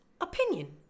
opinion